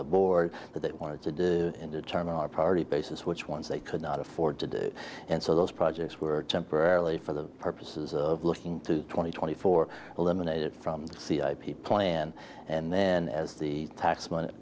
the board that they wanted to do and determine our priority basis which ones they could not afford to do and so those projects were temporarily for the purposes of looking to twenty twenty four eliminated from the ip plan and then as the tax